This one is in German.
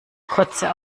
kurze